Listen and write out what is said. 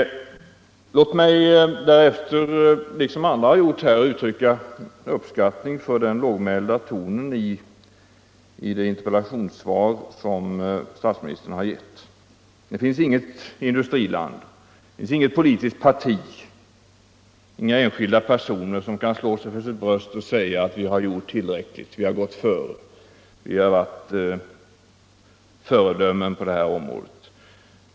Låt mig därefter, liksom andra gjort här, uttrycka uppskattning för den lågmälda tonen i det interpellationssvar som statsministern har givit. Det finns inget industriland, det finns inget politiskt parti, inga enskilda personer som kan slå sig för sitt bröst och säga att vi har gjort tillräckligt, vi har gått före, vi har varit föredömen på det här området.